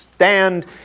stand